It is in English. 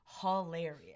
hilarious